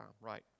right